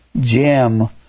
Jim